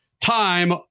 time